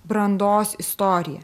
brandos istoriją